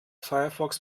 firefox